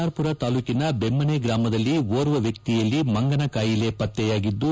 R Pura ತಾಲ್ಲೂಕಿನ ಬೆಮ್ಮನ ಗ್ರಾಮದಲ್ಲಿ ಓರ್ವ ವ್ಯಕ್ತಿಯಲ್ಲಿ ಮಂಗನ ಕಾಯಿಲೆ ಪತ್ತೆಯಾಗಿದ್ದು